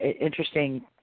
interesting –